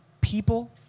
people